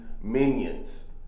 minions